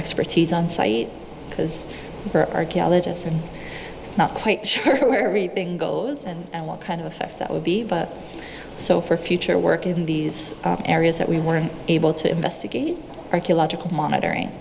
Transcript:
expertise on site because archaeologists and not quite sure where everything goes and what kind of effects that would be so for future work in these areas that we were able to investigate archaeological monitoring